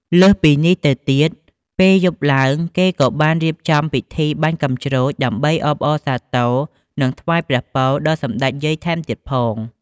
លើសពីនេះទៅទៀតពេលយប់ឡើងគេក៏បានរៀបចំពីធីបាញ់កាំជ្រួចដើម្បីអបអរសាទរ និងថ្វាយព្រះពរដល់សម្តេចយាយថែមទៀតផង។